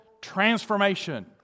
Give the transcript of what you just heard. transformation